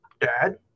dad